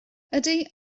ydy